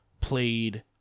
played